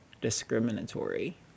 discriminatory